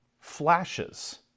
flashes